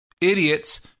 idiots